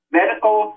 medical